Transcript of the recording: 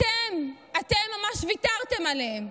אתם, אתם ממש ויתרתם עליהם.